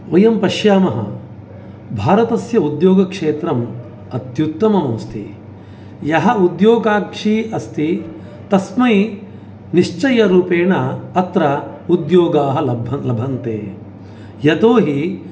वयं पश्यामः भारतस्य उद्योगक्षेत्रम् अत्युत्तममस्ति यः उद्योगाक्षी अस्ति तस्मै निश्चयरूपेण अत्र उद्योगाः लभन्ते यतो हि